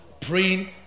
praying